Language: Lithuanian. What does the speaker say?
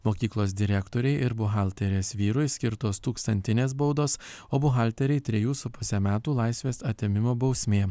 mokyklos direktorei ir buhalterės vyrui skirtos tūkstantinės baudos o buhalterei trejų su puse metų laisvės atėmimo bausmė